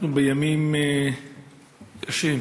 אנחנו בימים קשים.